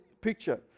picture